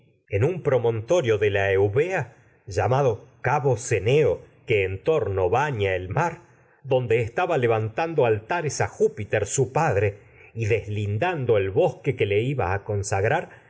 botín un promontorio de tragedias de sófocles la eubea llamado estaba calió ceneo que en torno a baña el su mar donde y levantando altares júpiter padre allí deslindando el bosque que le iba a consagrar